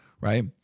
right